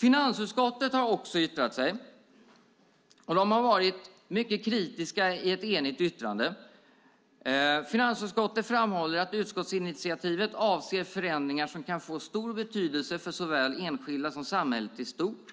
Finansutskottet har också yttrat sig och varit mycket kritiska i ett enigt yttrande. Finansutskottet framhåller att utskottsinitiativet avser förändringar som kan få stor betydelse för såväl enskilda som samhället i stort.